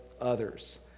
others